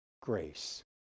grace